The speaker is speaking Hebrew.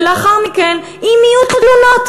ולאחר מכן אם יהיו תלונות,